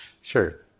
Sure